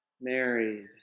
married